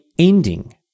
Ending